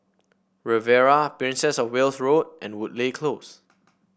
Riviera Princess Of Wales Road and Woodleigh Close